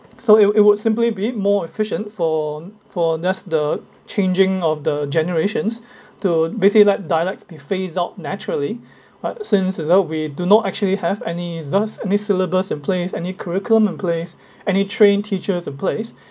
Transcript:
so it would it would simply be more efficient for for just the changing of the generations to basically let dialects be phased out naturally alright since uh well we do not actually have any resource any syllabus in place any curriculum in place any trained teachers in place